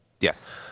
Yes